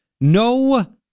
No